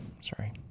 Sorry